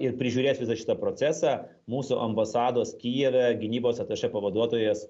ir prižiūrės visą šitą procesą mūsų ambasados kijeve gynybos atašė pavaduotojas